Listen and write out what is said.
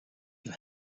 you